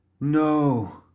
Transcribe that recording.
No